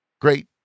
great